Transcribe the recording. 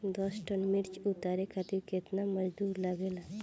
दस टन मिर्च उतारे खातीर केतना मजदुर लागेला?